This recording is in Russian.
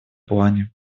плане